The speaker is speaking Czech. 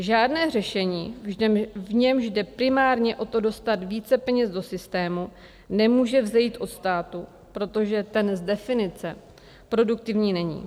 Žádné řešení, v němž jde primárně o to dostat více peněz do systému, nemůže vzejít od státu, protože ten z definice produktivní není.